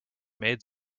made